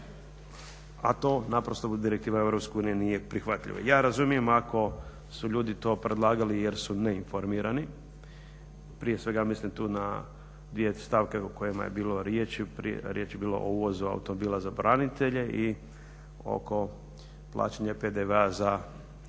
a to naprosto u direktivama Europske unije nije prihvatljivo. Ja razumijem ako su ljudi to predlagali jer su neinformirani, prije sveg mislim tu na dvije stavke o kojima je bilo riječi prije, riječ je bila o uvozu automobila za branitelje i oko plaćanja PDV-a za